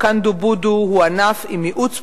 הקנדו-בודו הוא ענף עם מיעוט ספורטאים,